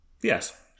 Yes